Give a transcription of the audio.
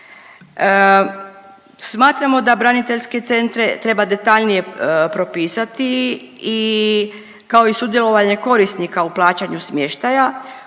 Smatramo da braniteljske centre treba detaljnije propisati i kao i sudjelovanje korisnika u plaćanju smještaja.